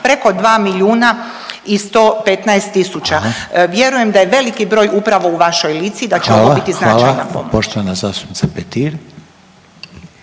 preko 2 milijuna i 115 tisuća. Vjerujem da je veliki broj upravo u vašoj Lici i…/Upadica Reiner: Hvala, hvala/…da će ovo biti